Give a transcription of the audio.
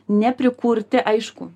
neprikurti aišku